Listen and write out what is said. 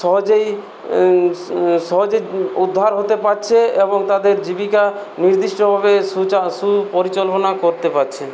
সহজেই সহজেই উদ্ধার হতে পারছে এবং তাদের জীবিকা নির্দিষ্টভাবে সুপরিচালনা করতে পারছে